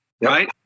Right